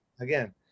again